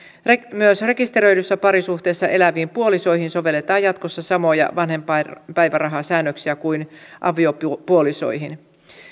myös rekisteröidyssä parisuhteessa eläviin puolisoihin sovelletaan jatkossa samoja vanhempainpäivärahasäännöksiä kuin aviopuolisoihin